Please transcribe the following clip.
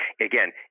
Again